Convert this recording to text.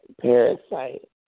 parasite